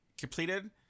Completed